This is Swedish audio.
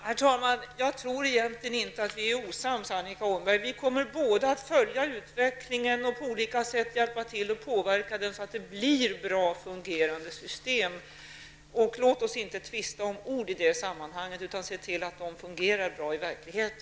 Herr talman! Jag tror egentligen inte att vi är osams, Annika Åhnberg. Vi kommer båda att följa utvecklingen och på olika sätt hjälpa till att påverka den, så att det blir ett bra och fungerande system. Låt oss inte tvista om ord i det sammanhanget, utan låt oss se till att det fungerar bra i verkligheten.